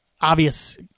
obvious